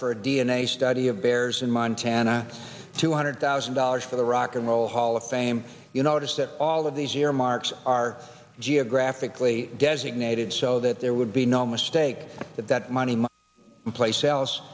a study of bears in montana two hundred thousand dollars for the rock and roll hall of fame you notice that all of these earmarks are geographically designated so that there would be no mistake that that money place else